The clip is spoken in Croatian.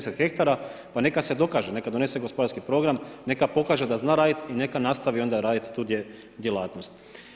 10 hektara pa neka se dokaže, neka donese gospodarski program, neka pokaže da zna raditi i neka nastavi onda raditi tu djelatnost.